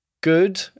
good